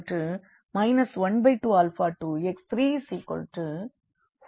5 0 4 0